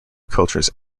cultures